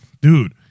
dude